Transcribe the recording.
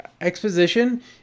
exposition